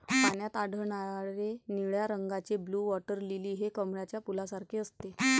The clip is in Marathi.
पाण्यात आढळणारे निळ्या रंगाचे ब्लू वॉटर लिली हे कमळाच्या फुलासारखे असते